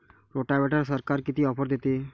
रोटावेटरवर सरकार किती ऑफर देतं?